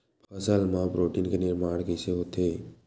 फसल मा प्रोटीन के निर्माण कइसे होथे?